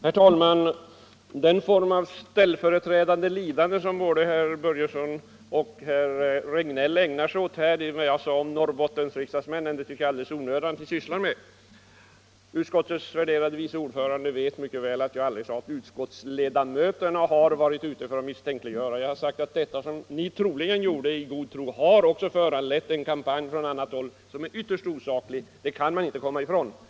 Fru talman! Den form av ställföreträdande lidande som både herr Börjesson i Glömminge och herr Regnéll ägnade sig åt efter vad jag sade om Norrbottens riksdagsmän är det alldeles onödigt att vi sysslar med. Utskottets värderade vice ordförande vet mycket väl att jag aldrig har påstått att utskottets ledamöter har varit ute för att misstänkliggöra. Jag sade att det som ni troligen gjorde i god tro har föranlett en kampanj från annat håll som är ytterst osaklig. Det kan man inte komma ifrån.